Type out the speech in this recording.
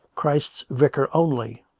christ's vicar only,